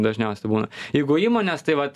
dažniausiai būna jeigu įmonės tai vat